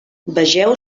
vegeu